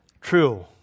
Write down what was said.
true